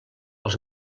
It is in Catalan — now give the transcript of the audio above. els